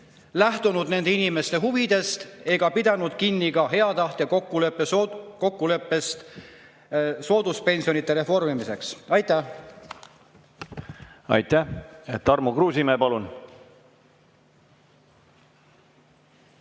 lähtunud nende inimeste huvidest ega pidanud kinni ka hea tahte kokkuleppest sooduspensionide reformimiseks. Aitäh! ... ja nendega on